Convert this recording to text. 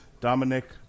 Dominic